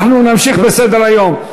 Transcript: אנחנו נמשיך בסדר-היום.